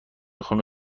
خون